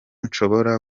nshobora